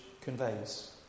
conveys